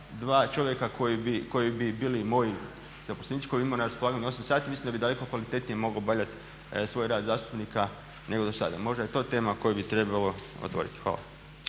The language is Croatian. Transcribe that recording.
dva čovjeka koji bi bili moji zaposlenici, koje bi imao na raspolaganju 8 sati. Mislim da bi daleko kvalitetnije mogao obavljat svoj rad zastupnika nego do sada. Možda je to tema koju bi trebalo otvoriti. Hvala.